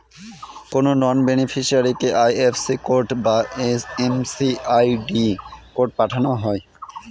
কোনো নন বেনিফিসিরইকে IFS code বা এম.এম.আই.ডি কোড পাঠানো হয়